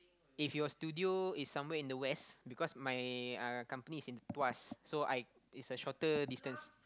if your studio is somewhere in the west because my uh company is in tuas so I is a shorter distance